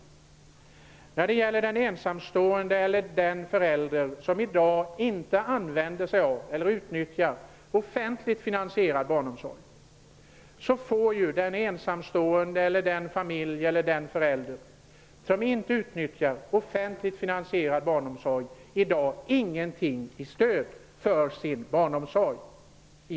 Den ensamstående eller inte ensamstående förälder som i dag inte utnyttjar offentligt finansierad barnomsorg får ju i dag inget bidrag till sin barnomsorg.